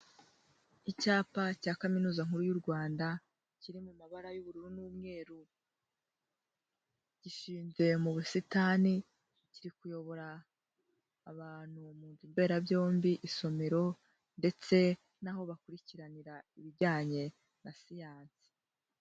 Icyapa cya kaminuza nkuru y'u rwanda kiri mu mabara y'ubururu n'umweru, gishinze mu busitani kiri kuyobora abantu munzumberabyombi, isomero ndetse naho bakurikiranira ibijyanye na Siyansi.